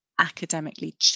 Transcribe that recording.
academically